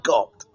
God